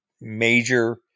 major